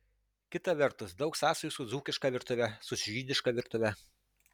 kita vertus daug sąsajų su dzūkiška virtuve su žydiška virtuve